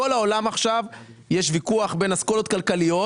בכל העולם עכשיו יש ויכוח עכשיו בין אסכולות כלכליות